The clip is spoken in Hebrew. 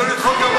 יש לנו את חוק,